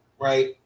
right